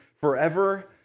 forever